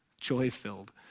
joy-filled